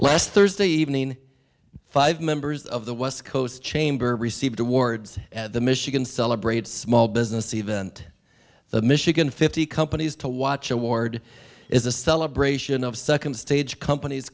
last thursday evening five members of the west coast chamber received awards the michigan celebrated small business event the michigan fifty companies to watch award is a celebration of second stage companies